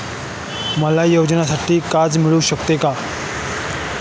मला व्यवसायासाठी कर्ज मिळू शकेल का?